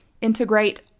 integrate